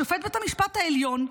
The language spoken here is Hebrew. שופט בית המשפט העליון,